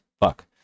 fuck